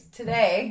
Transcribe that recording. today